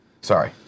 Sorry